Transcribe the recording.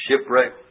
shipwreck